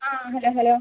ആ hello hello